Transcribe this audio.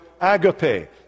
agape